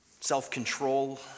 self-control